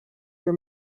were